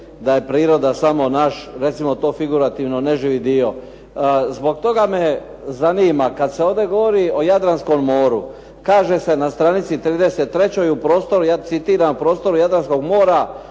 da je priroda samo naš, recimo to figurativno, neživi dio. Zbog toga me zanima, kad se ovdje govori o Jadranskom moru, kaže se na stranici 33. u prostoru, ja citiram, prostoru Jadranskog mora,